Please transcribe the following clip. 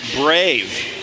brave